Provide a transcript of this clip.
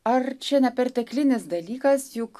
ar čia ne perteklinis dalykas juk